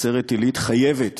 נצרת-עילית חייבת